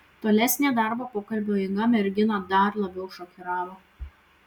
tolesnė darbo pokalbio eiga merginą dar labiau šokiravo